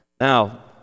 Now